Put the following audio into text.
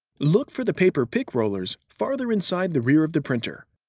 look for the paper pick rollers farther inside the rear of the printer.